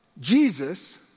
Jesus